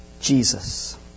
Jesus